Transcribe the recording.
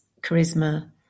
charisma